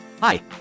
Hi